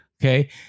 okay